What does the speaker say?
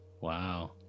Wow